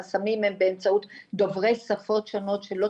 החסמים הם באמצעות דוברי שפות שונות שלא